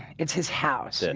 it's his house. and